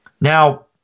Now